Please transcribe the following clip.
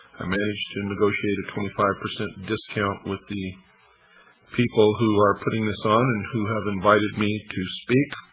i managed to negotiate a twenty five percent discount with the people who are putting this on and who have invited me to speak.